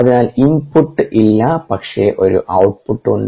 അതിനാൽ ഇൻപുട്ട് ഇല്ല പക്ഷേ ഒരു ഔട്ട്പുട്ട് ഉണ്ട്